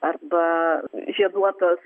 arba žieduotos